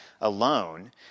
alone